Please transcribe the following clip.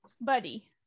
Buddy